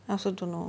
I also don't know